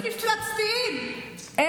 מעשים מפלצתיים, "פסולים".